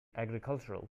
agricultural